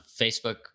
Facebook